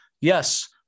Yes